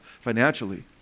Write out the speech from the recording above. financially